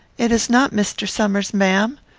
it is not mr. somers, ma'am.